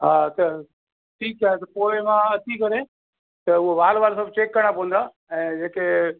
हा त ठीकु आहे त पोइ मां अची करे त उहो वाल वाल सभु चेक करिणा पवंदा ऐं जेके